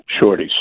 shorties